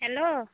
hello